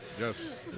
Yes